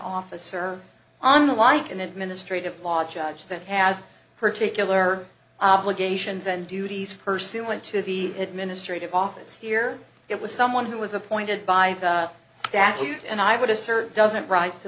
officer on the like an administrative law judge that has particular obligations and duties pursuant to the administrative office here it was someone who was appointed by statute and i would assert doesn't rise to